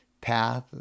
path